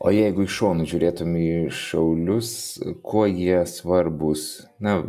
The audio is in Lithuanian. o jeigu iš šono žiūrėtum į šaulius kuo jie svarbūs na